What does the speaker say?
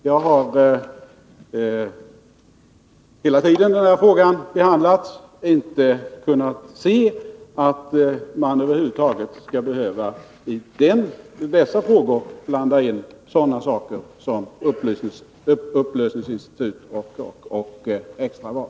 Jag har under hela den tid som den här frågan behandlats inte kunnat förstå att man över huvud taget i detta sammanhang skall behöva blanda in sådana saker som t.ex. upplösningsinstitut och extra val.